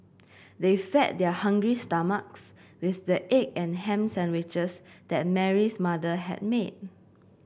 they fed their hungry stomachs with the egg and ham sandwiches that Mary's mother had made